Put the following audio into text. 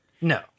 No